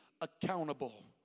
Accountable